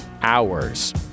hours